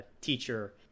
teacher